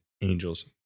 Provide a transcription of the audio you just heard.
angels